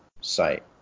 site